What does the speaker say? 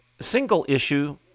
Single-issue